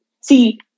See